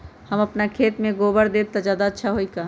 हम अपना खेत में गोबर देब त ज्यादा अच्छा होई का?